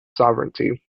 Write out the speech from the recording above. sovereignty